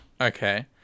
Okay